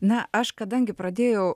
na aš kadangi pradėjau